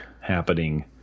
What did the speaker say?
happening